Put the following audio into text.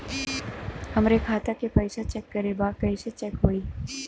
हमरे खाता के पैसा चेक करें बा कैसे चेक होई?